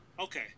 Okay